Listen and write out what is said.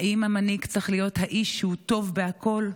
האם המנהיג צריך להיות האיש שהוא טוב בהכול,